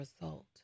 result